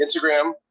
instagram